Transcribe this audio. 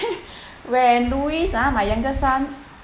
when louis ah my youngest son